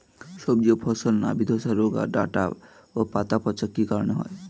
সবজি ও ফসলে নাবি ধসা গোরা ডাঁটা ও পাতা পচা কি কারণে হয়?